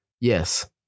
Yes